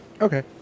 Okay